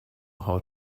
how